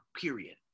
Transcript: period